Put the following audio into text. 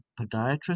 podiatrist